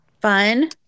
Fun